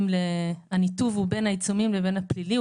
הניתוב הוא בין העיצומים לבין הפלילי,